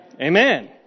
Amen